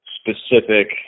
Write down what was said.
specific